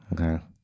okay